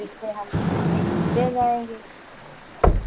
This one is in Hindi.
जिससे हम ले जाएंगे